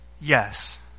yes